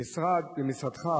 משרדך,